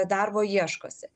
darbo ieškosi